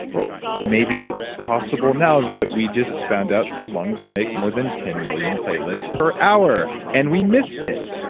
well maybe it's possible now that we just found out your lungs make more than ten million platelets per hour and we missed it.